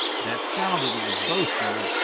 that sounded like boasting,